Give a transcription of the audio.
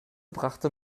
brachte